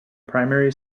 primary